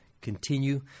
continue